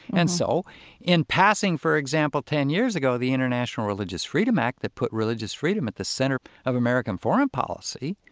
and so in passing, for example, ten years ago, the international religious freedom act that put religious freedom at the center of american foreign policy,